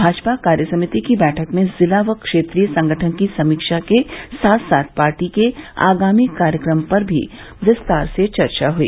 भाजपा कार्यसमिति की बैठक में ज़िला व क्षेत्रीय संगठन की समीक्षा के साथ साथ पार्टी के आगामी कार्यकमों पर भी विस्तार से चर्चा हई